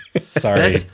Sorry